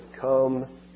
come